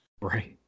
right